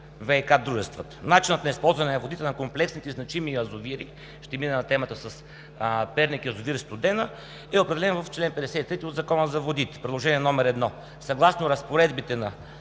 ВиК дружествата. Начинът на използване на водите на комплексните значими язовири – ще мина на темата с Перник и язовир „Студена“, е определен в чл. 53 от Закона за водите, Приложение № 1. Съгласно разпоредбите на